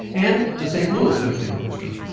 and the st. louis symphony orchestra.